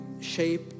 shape